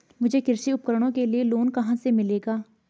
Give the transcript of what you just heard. मुझे कृषि उपकरणों के लिए लोन कहाँ से मिलेगा?